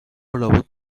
لابد